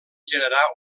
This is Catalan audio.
generar